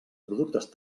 productes